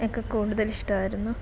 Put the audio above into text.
ഒക്കെ കൂടുതല് ഇഷ്ടമായിരുന്നു